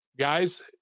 Guys